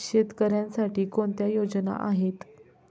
शेतकऱ्यांसाठी कोणत्या योजना आहेत?